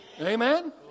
Amen